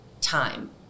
time